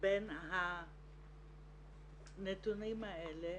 בין הנתונים האלה